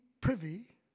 privy